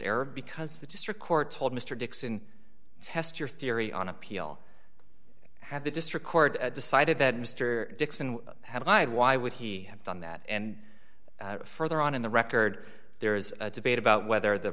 error because the district court told mr dixon test your theory on appeal had the district court decided that mr dixon had lied why would he have done that and further on in the record there is a debate about whether the